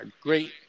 Great